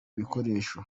bikoresho